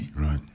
Right